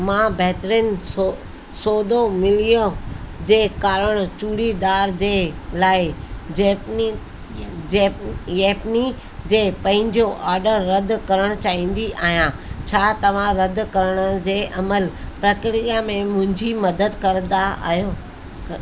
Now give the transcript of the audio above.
मां बहितरीन सो सौदो मिलियो जे कारण चूड़ीदार जे लाइ जैपनी जैप येपमी ते पंहिंजो ऑडर रदि करणु चाहींदो आहियां छा तव्हां रदि करण जे अमल प्रक्रिया में मुंहिंजी मदद कंदा आहियो